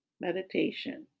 meditation